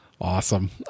awesome